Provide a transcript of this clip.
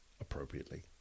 appropriately